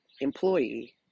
employee